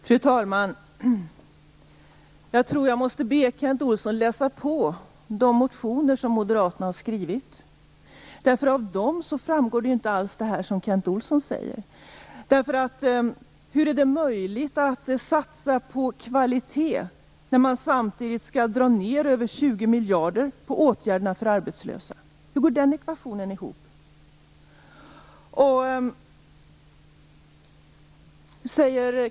Fru talman! Jag tror att jag måste be Kent Olsson att läsa de motioner som moderaterna har skrivit, för av dem framgår ju inte alls det som Kent Olsson säger. Hur är det möjligt att satsa på kvalitet när man samtidigt skall minska på åtgärderna för arbetslösa med över 20 miljarder kronor? Hur går den ekvationen ihop?